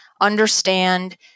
understand